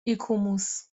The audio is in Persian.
ایکوموس